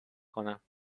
کنم